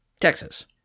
Texas